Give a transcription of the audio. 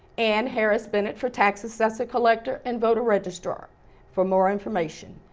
ann harris bennett for tax assessor-collector and voter registrar for more information.